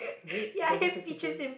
red does it say pictures